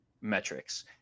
metrics